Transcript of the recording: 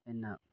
ꯍꯦꯟꯅ